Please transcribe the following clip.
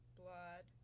blood